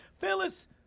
Phyllis